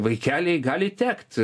vaikeliai gali tekt